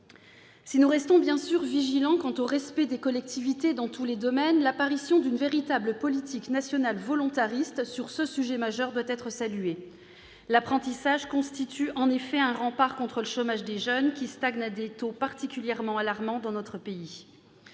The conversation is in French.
Si nous restons bien sûr vigilants quant au respect des collectivités dans tous les domaines, l'apparition d'une véritable politique nationale volontariste, sur ce sujet majeur, doit être saluée. L'apprentissage constitue en effet un rempart contre le chômage des jeunes, qui stagne à des taux particulièrement alarmants dans notre pays.